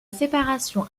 séparation